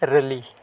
ᱨᱮᱞᱤ